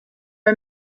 are